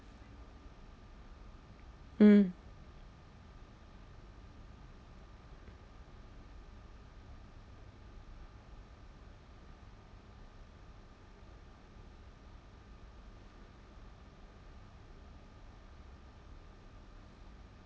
mm